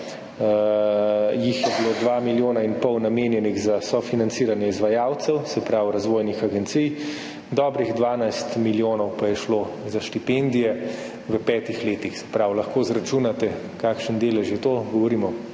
tega je bilo 2 milijona in pol namenjenih za sofinanciranje izvajalcev, se pravi, razvojnih agencij, dobrih 12 milijonov pa je šlo za štipendije v petih letih, se pravi, lahko izračunate, kakšen delež je to. Govorimo